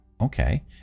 Okay